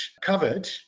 covered